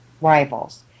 rivals